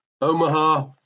Omaha